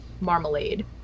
Marmalade